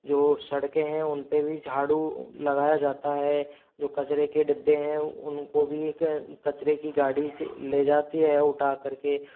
जो सड़के है उन पर भी झाड़ू लगाया जाता है जो कचरे के डिब्बे हैं उनको भी एक कचरे की गाड़ी से ले जाती है उठा करके